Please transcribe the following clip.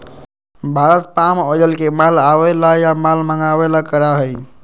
Bharat palm oil के माल आवे ला या माल मंगावे ला करा हई